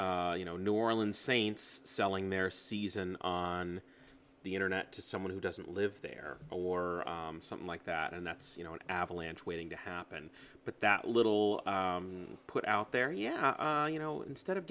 with you know new orleans saints selling their season on the internet to someone who doesn't live there or something like that and that's you know an avalanche waiting to happen but that little put out there yeah you know instead of